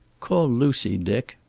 call lucy, dick.